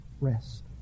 rest